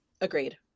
agreed